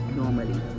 normally